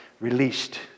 released